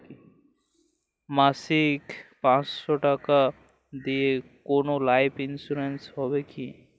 মাসিক পাঁচশো টাকা দিয়ে কোনো লাইফ ইন্সুরেন্স হবে কি?